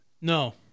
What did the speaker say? No